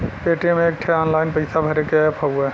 Paytm एक ठे online पइसा भरे के ऐप हउवे